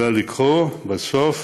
אלא בסוף